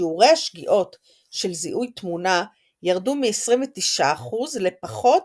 שיעורי השגיאות של זיהוי תמונה ירדו מ-29% לפחות